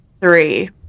three